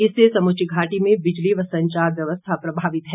इससे समूची घाटी में बिजली व संचार व्यवस्था प्रभावित है